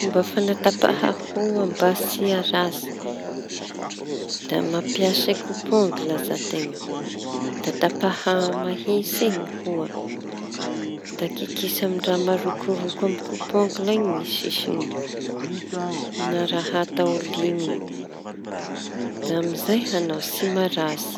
Ny fomba fañatapa hoho mba tsy aratsy da mampiasa kopy angle aza teña. Da Tapaha mahitsy ny hoho da kikisa amy raha marokoroko amy kopangle limy ny sisiny na raha tao limy da amizay añao tsy maratsy.